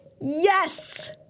Yes